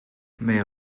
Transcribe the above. mais